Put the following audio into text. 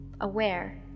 aware